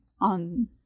on